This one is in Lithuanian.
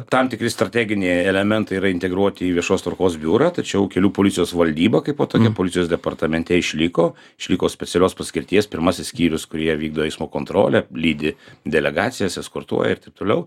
tam tikri strateginiai elementai yra integruoti į viešos tvarkos biurą tačiau kelių policijos valdyba kaip va tokia policijos departamente išliko išliko specialios paskirties pirmasis skyrius kurie vykdo eismo kontrolę lydi delegacijas eskortuoja ir taip toliau